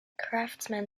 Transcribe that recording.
craftsman